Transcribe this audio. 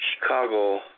Chicago